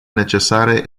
necesare